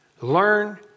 learn